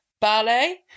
Ballet